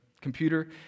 computer